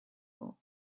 for